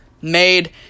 made